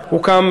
הנצחתם הוקם,